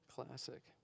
Classic